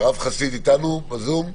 הרב חסיד אתנו בזום?